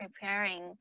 preparing